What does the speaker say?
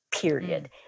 Period